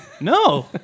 No